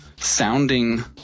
sounding